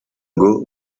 ngo